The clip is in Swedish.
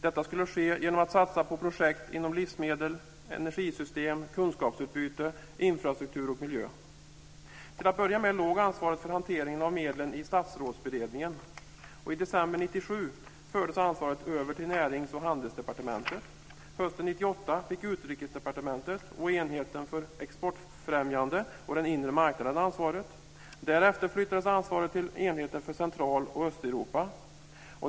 Detta skulle ske genom att satsa på projekt inom livsmedel, energisystem, kunskapsutbyte, infrastruktur och miljö. Till att börja med låg ansvaret för hanteringen av medlen i Statsrådsberedningen. I december 1997 fördes ansvaret över till Närings och handelsdepartementet. Hösten 1998 fick Utrikesdepartementet, Central och Östeuropa.